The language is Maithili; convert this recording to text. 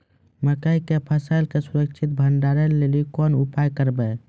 मकई के फसल के सुरक्षित भंडारण लेली कोंन उपाय करबै?